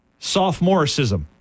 sophomoricism